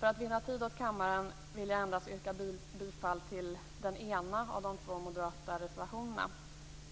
För att vinna tid åt kammaren vill jag endast yrka bifall till den ena av de två moderata reservationerna,